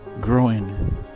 growing